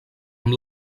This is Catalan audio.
amb